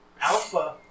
Alpha